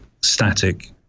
static